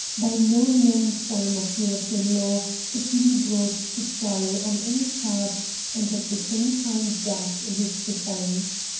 by no known form of european law could he be brought to trial on any charge and at the same time gagged in his defence.